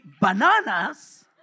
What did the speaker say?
bananas